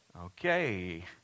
Okay